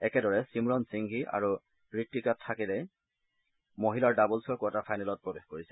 একেদৰে চিমৰণ সিংঘি আৰু ঋতিকা থাকেৰে মহিলাৰ ডাবল্ছৰ কোৱাৰ্টাৰ ফাইনেলত প্ৰৱেশ কৰিছে